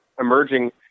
emerging